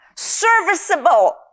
serviceable